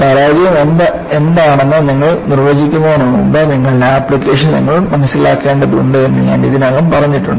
പരാജയം എന്താണെന്ന് നിങ്ങൾ നിർവചിക്കുന്നതിനുമുമ്പ് നിങ്ങളുടെ ആപ്ലിക്കേഷൻ നിങ്ങൾ മനസിലാക്കേണ്ടതുണ്ട് എന്ന് ഞാൻ ഇതിനകം പറഞ്ഞിട്ടുണ്ട്